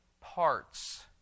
parts